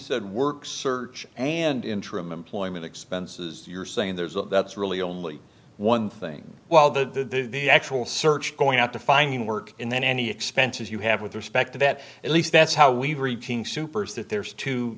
said work search and interim employment expenses you're saying there's a lot that's really only one thing while the the actual search going out to finding work and then any expenses you have with respect to that at least that's how we reaching super's that there's two